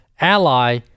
ally